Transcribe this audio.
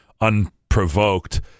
unprovoked